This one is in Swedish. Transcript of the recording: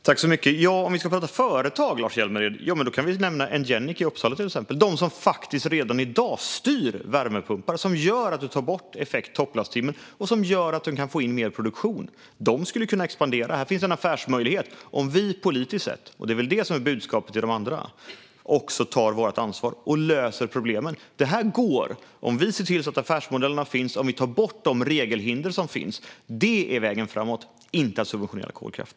Fru talman! Om vi ska prata företag kan vi nämna Ngenic i Uppsala, som redan i dag styr värmepumpar och gör att man tar bort effekten från topplasttimmen, vilket gör att man kan få in mer produktion. De skulle kunna expandera. Här finns en affärsmöjlighet om vi politiskt - och det är väl detta som är budskapet till de andra - tar vårt ansvar och löser problemet. Detta går att lösa om vi ser till att affärsmodellerna finns och tar bort de regelhinder som finns. Det är vägen framåt, inte att subventionera kolkraft.